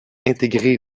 intégré